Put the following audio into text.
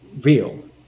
real